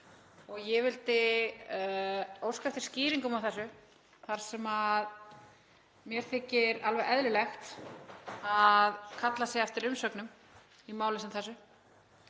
Ég vildi óska eftir skýringum á þessu þar sem mér þykir alveg eðlilegt að kallað sé eftir umsögnum í máli sem þessu